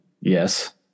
Yes